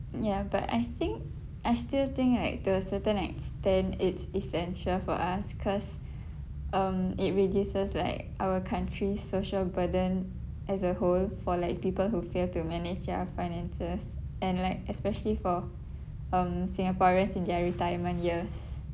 ya but I think I still think like to a certain extent it's essential for us cause um it reduces like our country's social burden as a whole for like people who fail to manage their finances and like especially for um singaporeans in their retirement years